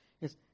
Yes